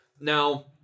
Now